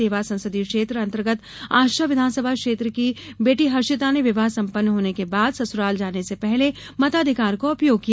देवास संसदीय क्षेत्र अन्तर्गत आष्टा विधानसभा क्षेत्र की बेटी हर्षिता ने विवाह संपन्न होने के बाद ससुराल जाने से पहले मताधिकार का उपयोग किया